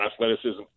athleticism